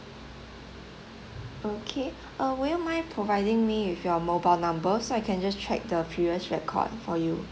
okay uh will mind providing me with your mobile number so I can just check the previous record for you